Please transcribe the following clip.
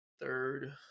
third